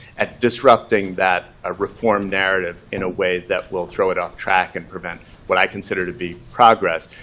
at disrupting that ah reform narrative in a way that will throw it off track and prevent what i consider to be progress,